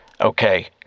Okay